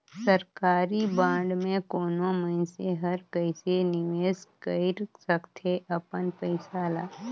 सरकारी बांड में कोनो मइनसे हर कइसे निवेश कइर सकथे अपन पइसा ल